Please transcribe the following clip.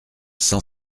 cent